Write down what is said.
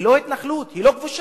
היא לא התנחלות, היא לא כבושה.